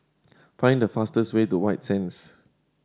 find the fastest way to White Sands